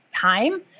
time